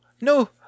No